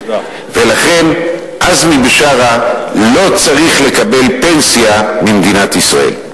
ולכן עזמי בשארה לא צריך לקבל פנסיה ממדינת ישראל.